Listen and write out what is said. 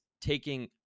taking